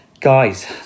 Guys